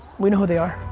we know who they are.